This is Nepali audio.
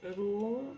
रोम